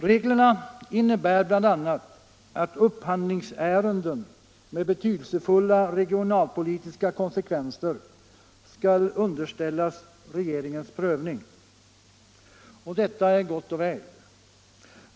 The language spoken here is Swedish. Reglerna innebär bl.a. att upphandlingsärenden med betydelsefulla regionalpolitiska konsekvenser skall underställas regeringens prövning. Detta är gott och väl.